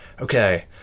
okay